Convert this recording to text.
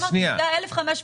אמרתי שזה ה-1,576.